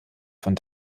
von